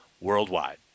worldwide